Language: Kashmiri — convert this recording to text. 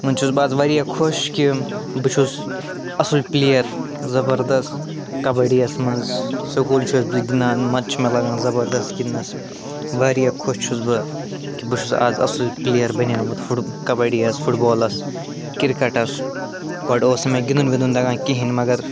وۄنۍ چھُس بہٕ آز واریاہ خۄش کہِ بہٕ چھُس اصٕل پٕلیر زبردَست کَبَڈی یَس منٛز سُکوٗل چھُس بہٕ گِنٛدان مَزٕ چھُ مےٚ لَگان زبردَست گِنٛدنَس واریاہ خۄش چھُس بہٕ کہِ بہٕ چھُس آز اصٕل پٕلیر بنیٛامُت فُو کَبَڈی یَس فُٹبالَس کِرکَٹَس گۄڈٕ اوس نہٕ مےٚ گِنٛدُن وِنٛدُن تگان کِہیٖنۍ مگر